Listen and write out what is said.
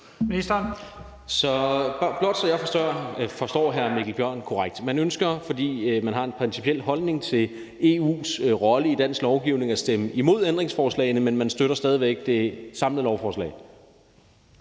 Så hvis jeg forstår hr. Mikkel Bjørn korrekt, ønsker man, fordi man har en principiel holdning til EU's rolle i dansk lovgivning, at stemme imod ændringsforslagene, men man støtter stadig væk det samlede lovforslag.